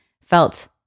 felt